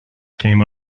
came